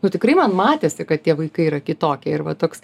nu tikrai man matėsi kad tie vaikai yra kitokie ir va toks